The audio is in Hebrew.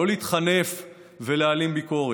לא להתחנף ולהעלים ביקורת.